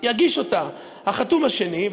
יגיש אותה החתום השני,